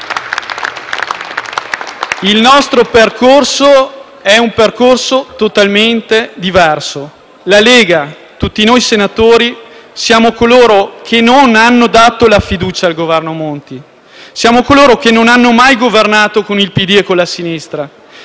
Il nostro percorso è totalmente diverso. La Lega, tutti noi senatori siamo coloro che non hanno dato la fiducia al Governo Monti. Siamo coloro che non hanno mai governato con il PD e con la sinistra;